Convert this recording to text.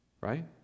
Right